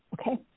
Okay